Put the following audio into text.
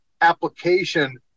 application